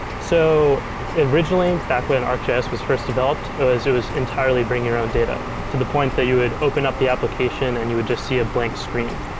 so originally, back when arcgis was first developed, it was it was entirely bring your own data to the point that you would open up the application and you would just see a blank screen,